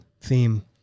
theme